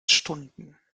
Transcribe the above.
stunden